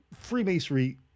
Freemasonry